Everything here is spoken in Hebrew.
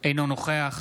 אינו נוכח